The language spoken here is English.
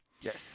Yes